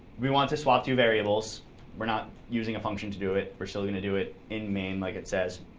we want to swap two variables we're not using a function to do it. we're still going to do it in main like it says.